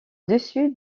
dessus